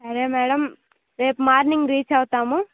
సరే మేడమ్ రేపు morning reach అవుతాము